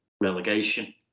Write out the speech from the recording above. relegation